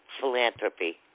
philanthropy